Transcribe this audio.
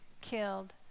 killed